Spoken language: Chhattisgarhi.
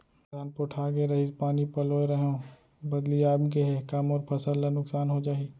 धान पोठागे रहीस, पानी पलोय रहेंव, बदली आप गे हे, का मोर फसल ल नुकसान हो जाही?